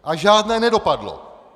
A žádné nedopadlo!